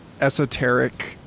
esoteric